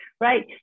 Right